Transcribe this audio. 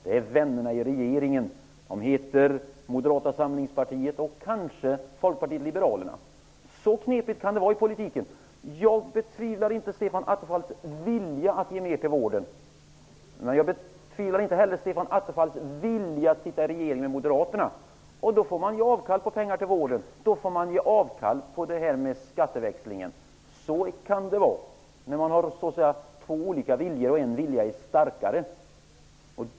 Det är vännerna i regeringen, dvs. Moderata samlingspartiet och kanske Folkpartiet liberalerna. Så knepigt kan det vara i politiken. Jag betvivlar inte Stefan Attefalls vilja att ge mer till vården, inte heller hans vilja att sitta i regeringen med Moderaterna. Då får man ge avkall på pengar till vården. Då får man ge avkall på detta med skatteväxlingen. Så kan det vara när det finns två olika viljor och den ena är starkare.